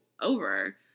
over